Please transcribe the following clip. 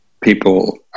people